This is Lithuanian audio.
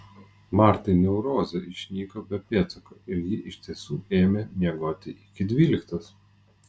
martai neurozė išnyko be pėdsako ir ji iš tiesų ėmė miegoti iki dvyliktos